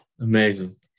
Amazing